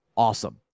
Awesome